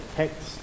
text